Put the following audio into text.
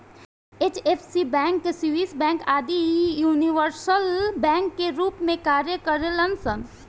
HFC bank, Swiss bank आदि universal bank के रूप में कार्य करेलन सन